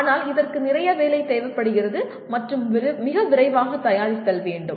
ஆனால் இதற்கு நிறைய வேலை தேவைப்படுகிறது மற்றும் மிக விரிவாகத் தயாரித்தல் வேண்டும்